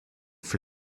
for